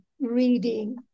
reading